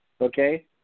Okay